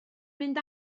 mynd